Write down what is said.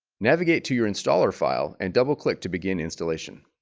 navigate to your installer file and double-click to begin installation